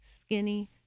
skinny